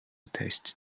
taste